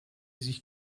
sich